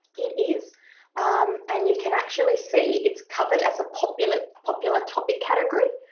it is and you can actually see it's covered as a popular, popular topic category.